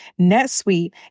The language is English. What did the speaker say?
NetSuite